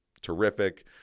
terrific